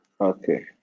Okay